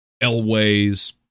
Elways